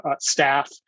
staff